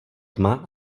tma